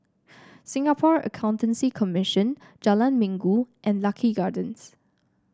Singapore Accountancy Commission Jalan Minggu and Lucky Gardens